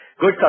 good